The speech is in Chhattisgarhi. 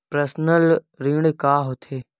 पर्सनल ऋण का होथे?